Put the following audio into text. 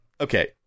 okay